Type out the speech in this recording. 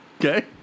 Okay